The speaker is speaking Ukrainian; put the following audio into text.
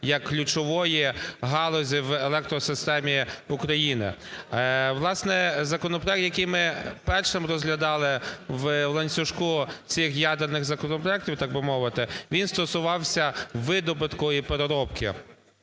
як ключової галузі в електросистемі України. Власне, законопроект, який ми першим розглядали в ланцюжку цих ядерних законопроектів, так би мовити, він стосувався видобутку і переробки